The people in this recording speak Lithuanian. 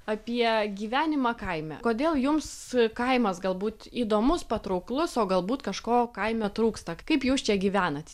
apie gyvenimą kaime kodėl jums kaimas galbūt įdomus patrauklus o galbūt kažko kaime trūksta kaip jūs čia gyvenat